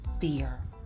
fear